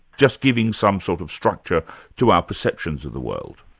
just giving some sort of structure to our perceptions of the world.